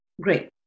great